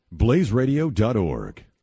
blazeradio.org